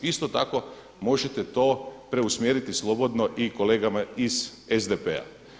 Isto tako možete to preusmjeriti slobodno i kolegama iz SDP-a.